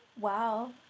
wow